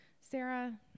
Sarah